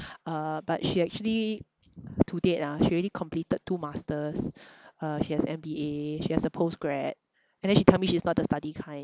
uh but she actually to date ah she already completed two masters uh she has M_B_A she has a post-grad and then she tell me she's not the study kind